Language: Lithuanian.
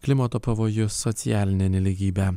klimato pavojus socialinę nelygybę